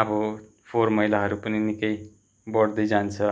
अब फोहोर मैलाहरू पनि निकै बड्दै जान्छ